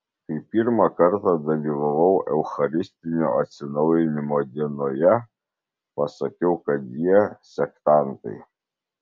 kai pirmą kartą dalyvavau eucharistinio atsinaujinimo dienoje pasakiau kad jie sektantai